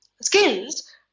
skills